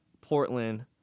portland